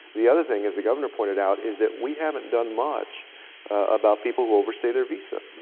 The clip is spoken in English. the other thing as the governor pointed out is that we haven't done much about people who overstay their visa,